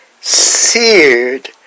seared